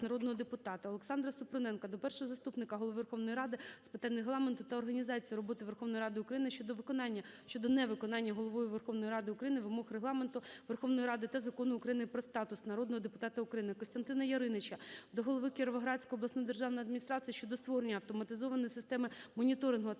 ОлександраСупруненка до першого заступника Голови Верховної Ради… з питань Регламенту та організації роботи Верховної Ради України щодо невиконання Головою Верховної Ради України вимог Регламенту Верховної Ради та Закону України "Про статус народного депутата України". КостянтинаЯриніча до голови Кіровоградської обласної державної адміністрації щодо створення автоматизованої системи моніторингу атмосферного